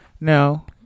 Now